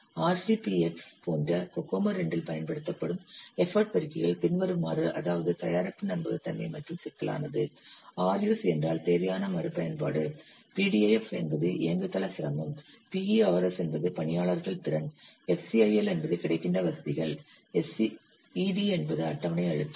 RCPX போன்ற COCOMO II இல் பயன்படுத்தும் எஃபர்ட் பெருக்கிகள் பின்வருமாறு அதாவது தயாரிப்பு நம்பகத்தன்மை மற்றும் சிக்கலானது RUSE என்றால் தேவையான மறுபயன்பாடு PDIF என்பது இயங்குதள சிரமம் PERS என்பது பணியாளர்கள் திறன் FCIL என்பது கிடைக்கின்ற வசதிகள் SCED என்பது அட்டவணை அழுத்தம்